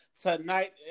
Tonight